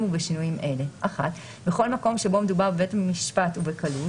ובשינויים אלה: בכל מקום שבו מדובר בבית משפט ובכלוא,